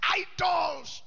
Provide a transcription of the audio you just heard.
idols